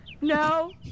No